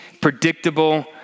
predictable